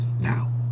now